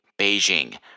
Beijing